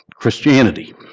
Christianity